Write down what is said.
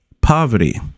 Poverty